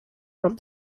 from